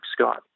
Scott